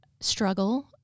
struggle